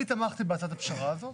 אני תמכתי בהצעת הפשרה הזו,